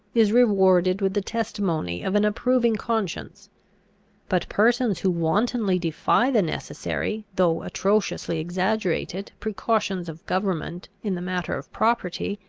is rewarded with the testimony of an approving conscience but persons who wantonly defy the necessary, though atrociously exaggerated, precautions of government in the matter of property,